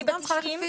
היא בת תשעים,